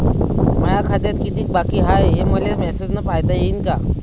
माया खात्यात कितीक बाकी हाय, हे मले मेसेजन पायता येईन का?